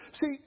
see